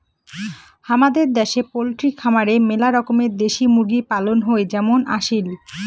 হামাদের দ্যাশে পোলট্রি খামারে মেলা রকমের দেশি মুরগি পালন হই যেমন আসিল